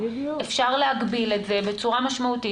אפשר להגביל את זה בצורה משמעותית,